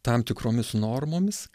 tam tikromis normomis